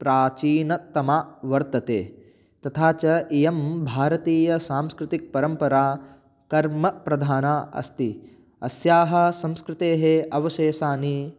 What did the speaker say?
प्राचीनतमा वर्तते तथा च इयं भारतीयसांस्कृतिकपरम्परा कर्मप्रधाना अस्ति अस्याः संस्कृतेः अवसेसानि